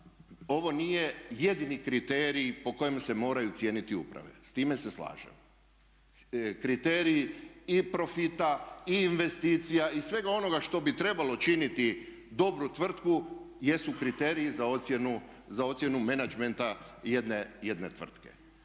ovo nije jedini kriterij po kojem se moraju cijeniti uprave. S time se slažem. Kriterij i profita i investicija i svega onoga što bi trebalo činiti dobru tvrtku jesu kriteriji za ocjenu menadžmenta jedne tvrtke.